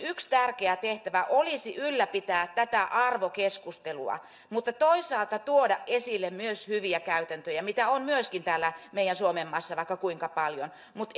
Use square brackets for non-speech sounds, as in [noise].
yksi tärkeä tehtävä olisi ylläpitää tätä arvokeskustelua toinen tehtävä olisi tuoda esille hyviä käytäntöjä mitä myöskin on täällä meillä suomenmaassa vaikka kuinka paljon mutta [unintelligible]